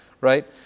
right